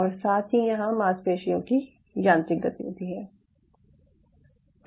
और साथ ही यहाँ मांसपेशियों की यांत्रिक गतिविधि है